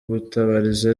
gutabariza